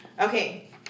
Okay